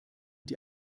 die